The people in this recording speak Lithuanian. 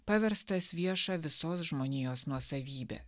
paverstas vieša visos žmonijos nuosavybe